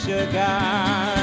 Sugar